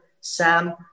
Sam